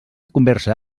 conversa